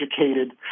Educated